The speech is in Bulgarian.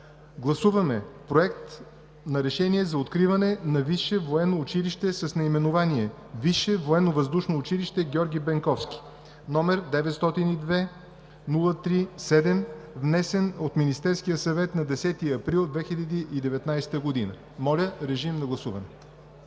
Гласуваме Проект на решение за откриване на Висше военно училище с наименование „Висше военновъздушно училище „Георги Бенковски“, № 902-03-7, внесен от Министерския съвет на 10 април 2019 г. Гласували